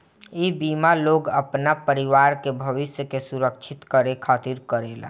इ बीमा लोग अपना परिवार के भविष्य के सुरक्षित करे खातिर करेला